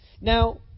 Now